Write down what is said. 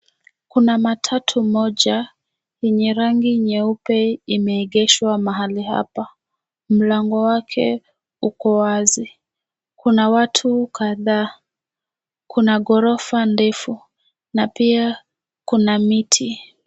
Kuna matatu moja yenye rangi nyeupe imeegeshwa mahali hapa,. Mlango wake uko wazi, kuna watu kadhaa, kuna ghorofa ndefu na pia kuna miti.